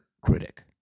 critic